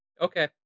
Okay